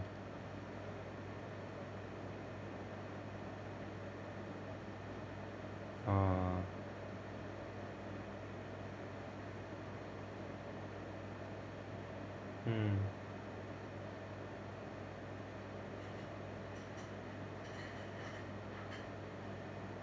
ah hmm